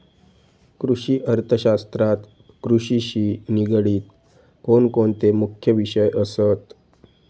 कृषि अर्थशास्त्रात कृषिशी निगडीत कोणकोणते मुख्य विषय असत?